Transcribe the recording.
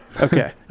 Okay